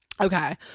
Okay